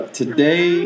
today